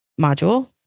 module